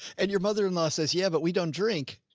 and your mother in law says, yeah, but we don't drink.